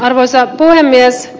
arvoisa puhemies